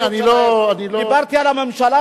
דיברתי על הממשלה.